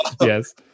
Yes